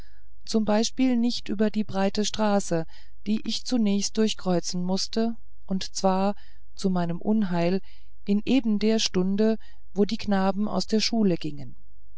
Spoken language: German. zum beispiel nicht über die breitestraße die ich zunächst durchkreuzen mußte und zwar zu meinem unheil in eben der stunde wo die knaben aus der schule gingen